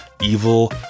evil